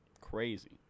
crazy